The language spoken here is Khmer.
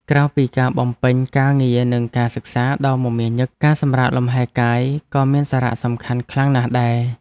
ក្រៅពីការបំពេញការងារនិងការសិក្សាដ៏មមាញឹកការសម្រាកលំហែកាយក៏មានសារៈសំខាន់ខ្លាំងណាស់ដែរ។